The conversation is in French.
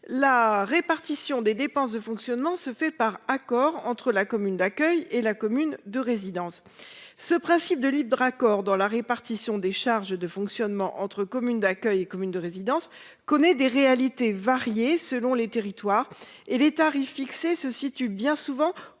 La répartition des dépenses de fonctionnement se fait par accord entre la commune d'accueil et la commune de résidence ce principe de libre. Accord dans la répartition des charges de fonctionnement entre communes d'accueil et commune de résidence connaît des réalités varier selon les territoires et les tarifs fixés se situe bien souvent